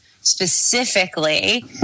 specifically